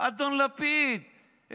אדון לפיד,